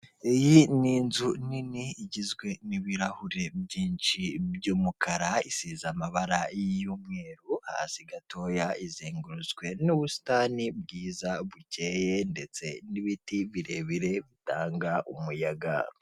Iyi ni inzu nini igizwe n'ibirahuri byinshi by'umukara, isiza amabara y'umweru hasi gatoya izengurutswe n'ubusitani bwiza bukeye ndetse n'ibiti birebire bitanga umuyaga.